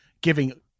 giving